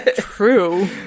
true